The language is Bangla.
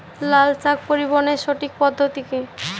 লালশাক পরিবহনের সঠিক পদ্ধতি কি?